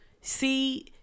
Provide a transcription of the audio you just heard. See